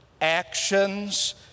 actions